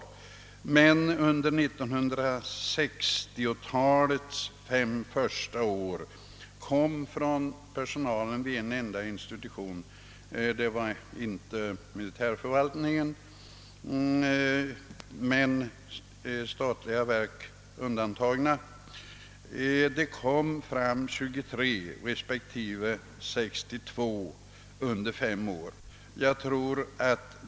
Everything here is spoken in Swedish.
I början av 1960-talet kom från personalen vid en enda institution under ett år 26 och under ett annat år 62 förslag. Militärförvaltningen och de statliga verken är här undantagna.